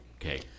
Okay